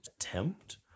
attempt